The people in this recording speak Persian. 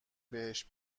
بهش